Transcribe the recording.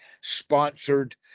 sponsored